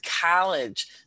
college